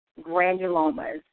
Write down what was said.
granulomas